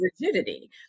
rigidity